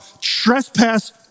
trespass